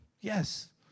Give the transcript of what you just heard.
Yes